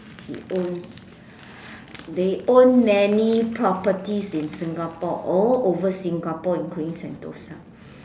he own they own many properties in Singapore all over Singapore including Sentosa